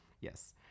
Yes